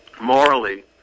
morally